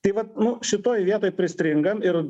tai vat nu šitoj vietoj pristringam ir